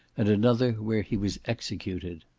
and another where he was executed.